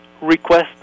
request